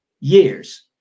years